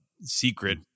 secret